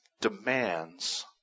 demands